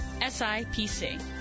SIPC